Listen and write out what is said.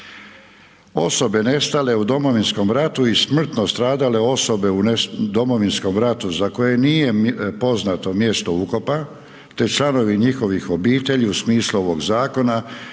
osobe nestale u Domovinskom ratu i smrtno stradale osobe u Domovinskom ratu, za koje nije poznato mjesto ukopa, te članovi njihovih obitelji u smislu ovog zakona,